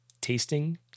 tasting